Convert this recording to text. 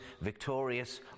victorious